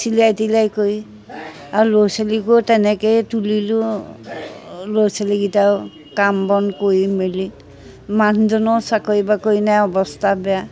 চিলাই তিলাই কৰি আৰু ল'ৰা ছোৱালীকো তেনেকৈয়ে তুলিলোঁ ল'ৰা ছোৱালীকেইটাও কাম বন কৰি মেলি মানুহজনৰো চাকৰি বাকৰি নাই অৱস্থা বেয়া